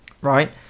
right